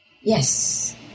Yes